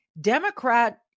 Democrat